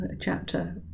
chapter